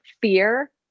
fear